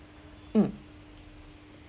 mm